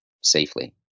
safely